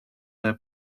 their